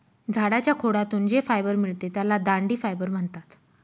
झाडाच्या खोडातून जे फायबर मिळते त्याला दांडी फायबर म्हणतात